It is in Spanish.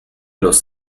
los